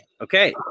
okay